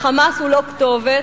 ה"חמאס" הוא לא כתובת,